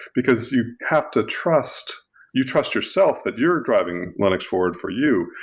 because you have to trust you trust yourself that you're driving linux forward for you.